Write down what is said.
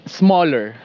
smaller